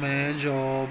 ਮੈਂ ਜੌਬ